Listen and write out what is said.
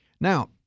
Now